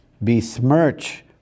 besmirch